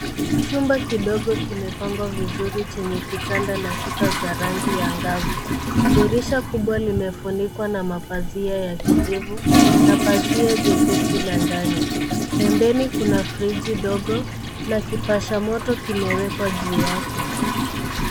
Chumba kidogo kimepangwa vizuri chenye kitanda na shuka za rangi angavu. Dirisha kubwa limefunikwa na mapazia ya kijivu na pazia jepesi la ndani. Pembeni kuna fridgi dogo na kipashamoto kimewekwa juu yake.